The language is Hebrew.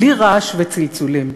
בלי רעש וצלצולים.